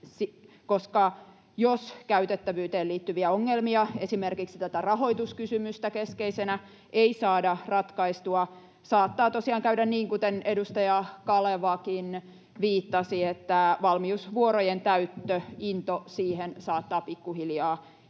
koska jos käytettävyyteen liittyviä ongelmia, esimerkiksi tätä rahoituskysymystä keskeisenä, ei saada ratkaistua, saattaa tosiaan käydä niin, kuten edustaja Kalevakin viittasi, että into valmiusvuorojen täyttöön saattaa pikkuhiljaa